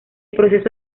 proceso